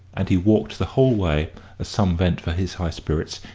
and he walked the whole way, as some vent for his high spirits,